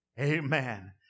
Amen